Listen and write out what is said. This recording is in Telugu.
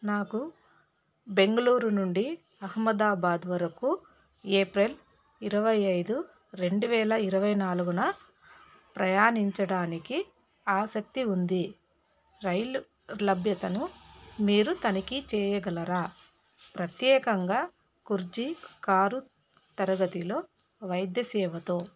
నాకు బెంగుళూరు నుండి అహ్మదాబాద్ వరకు ఏప్రెల్ ఇరవై ఐదు రెండు వేల ఇరవై నాలుగు ప్రయాణించడానికి ఆసక్తి ఉంది రైళ్ళు లభ్యతను మీరు తనిఖీ చేయగలరా ప్రత్యేకంగా కుర్చి కారు తరగతిలో వైద్య సేవతో